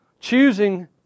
Choosing